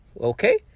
Okay